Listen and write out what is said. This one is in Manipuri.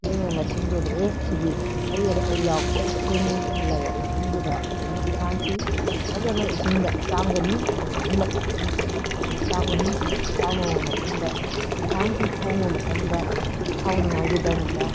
ꯌꯦꯡꯉ ꯃꯇꯨꯡ ꯑꯦ ꯁꯤꯗꯤ ꯀꯔꯤ ꯑꯃꯇ ꯌꯥꯎꯗ꯭ꯔꯦ ꯁꯦꯡꯉꯦ ꯈꯜꯂꯕ ꯃꯇꯨꯡꯗꯨꯗ ꯑꯩꯈꯣꯏꯅ ꯏꯟꯁꯥꯡꯁꯤ ꯐꯖꯅ ꯏꯁꯤꯡꯗ ꯆꯥꯝꯒꯅꯤ ꯑꯅꯤ ꯑꯍꯨꯝ ꯂꯛ ꯏꯁꯤꯡꯁꯤ ꯑꯩꯈꯣꯏꯅ ꯆꯥꯝꯒꯅꯤ ꯆꯥꯝꯃꯕ ꯃꯇꯨꯡꯗ ꯏꯟꯖꯥꯡꯁꯤ ꯊꯣꯡꯕ ꯃꯇꯝꯗ ꯍꯥꯎꯅꯤꯉꯥꯏꯒꯤꯗꯃꯛꯇ